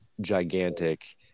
gigantic